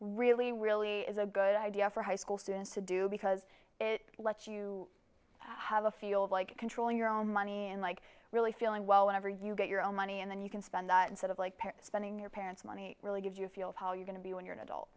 really really is a good idea for high school students to do because it lets you have a field like controlling your own money and like really feeling well whenever you get your own money and then you can spend that sort of like pair spending your parents money really gives you a feel for how you going to be when you're an adult